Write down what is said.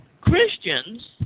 Christians